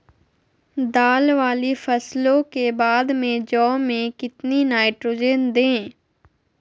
दाल वाली फसलों के बाद में जौ में कितनी नाइट्रोजन दें?